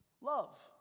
Love